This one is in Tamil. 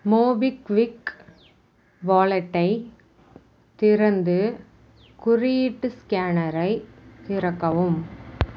மோபிக்விக் வாலெட்டை திறந்து குறியீட்டு ஸ்கேனரை திறக்கவும்